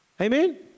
Amen